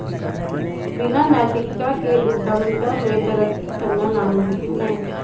बिना नैतिकता के उद्यमिता में तरक्की करना नामुमकिन है